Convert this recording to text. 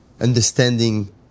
understanding